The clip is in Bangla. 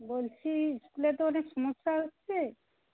বলছি স্কুলে তো অনেক সমস্যা হচ্ছে